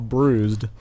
Bruised